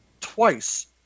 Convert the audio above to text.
Twice